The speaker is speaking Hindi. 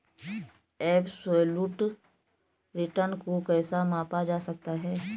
एबसोल्यूट रिटर्न को कैसे मापा जा सकता है?